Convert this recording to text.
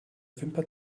wimper